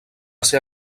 ser